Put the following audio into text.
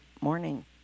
morning